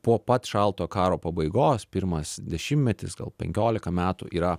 po pat šalto karo pabaigos pirmas dešimtmetis gal penkiolika metų yra